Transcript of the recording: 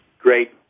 great